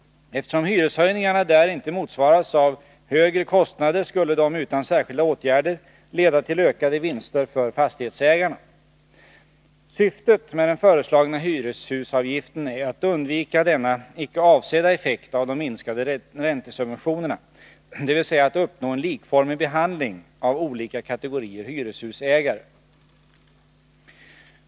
Eftersom hyreshöjningarna där inte motsvaras av högre kostnader, skulle de, utan särskilda åtgärder, leda till ökade vinster för fastighetsägarna. Syftet med den föreslagna hyreshusavgiften är att undvika denna icke avsedda effekt av de minskade räntesubventionerna, dvs. att uppnå en likformig behandling av olika kategorier hyreshusägare.